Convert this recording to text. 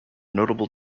notable